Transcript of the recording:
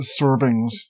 servings